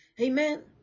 Amen